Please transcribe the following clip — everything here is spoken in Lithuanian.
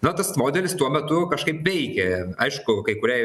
na tas modelis tuo metu kažkaip veikė aišku kai kurie